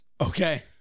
Okay